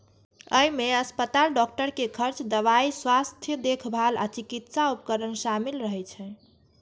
अय मे अस्पताल, डॉक्टर के खर्च, दवाइ, स्वास्थ्य देखभाल आ चिकित्सा उपकरण शामिल रहै छै